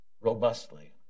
robustly